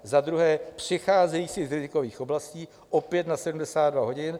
Za druhé přicházejících z rizikových oblastí, opět na 72 hodin.